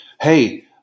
hey